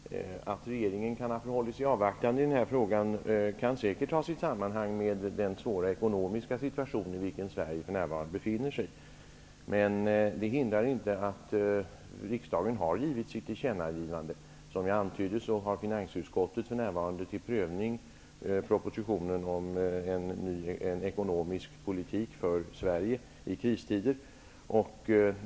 Fru talman! Att regeringen har förhållig sig avvaktande i den här frågan har säkert ett samband med den svåra ekonomiska situation som Sverige för närvarande befinner sig i. Men det hindrar inte att riksdagen har gjort sitt tillkännagivande. Som jag antydde har finansutskottet för närvarande till prövning propositionen om en ekonomisk politik för Sverige i kristider.